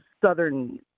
southern